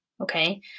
Okay